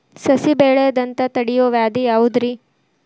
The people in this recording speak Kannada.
ಸಸಿ ಬೆಳೆಯದಂತ ತಡಿಯೋ ವ್ಯಾಧಿ ಯಾವುದು ರಿ?